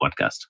podcast